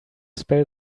spell